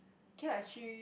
K lah she